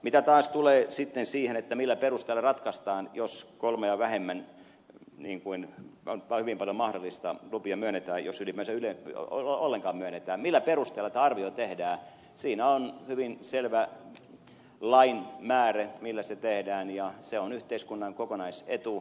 mitä taas tulee sitten siihen millä perusteella ratkaistaan jos kolmea vähemmän niin kuin on hyvin paljon mahdollista lupia myönnetään jos ylipäänsä ollenkaan myönnetään millä perusteella tämä arvio tehdään siinä on hyvin selvä lain määre millä se tehdään ja se on yhteiskunnan kokonaisetu